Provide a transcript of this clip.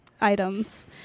items